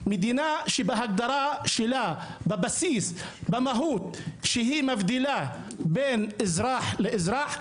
מדינה שבהגדרה שלה בבסיס במהות שהיא מבדילה בין אזרח לאזרח,